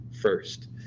first